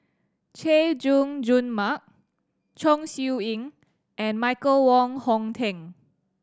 Chay Jung Jun Mark Chong Siew Ying and Michael Wong Hong Teng